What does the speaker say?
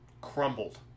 crumbled